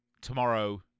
tomorrow